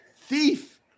thief